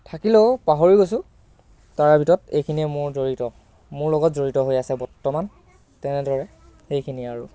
থাকিলেও পাহৰি গৈছোঁ তাৰে ভিতৰত এইখিনিয়ে মোৰ জড়িত মোৰ লগত জড়িত হৈ আছে বৰ্তমান তেনেদৰে এইখিনিয়ে আৰু